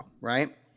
Right